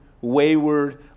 wayward